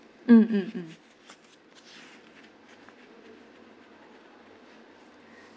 mm mm mm